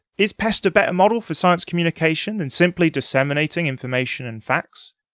is pest a better model for science communication, than simply disseminating information and facts?